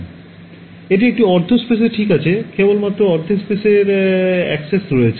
সুতরাং এটি একটি অর্ধ স্পেসে ঠিক আমার কাছে কেবলমাত্র অর্ধেক স্পেসের অ্যাক্সেস রয়েছে